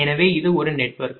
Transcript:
எனவே இது ஒரு நெட்வொர்க்